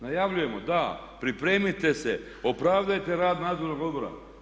Najavljujemo da, pripremite se, opravdajte rad nadzornog odbora.